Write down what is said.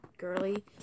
girly